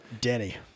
Danny